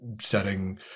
setting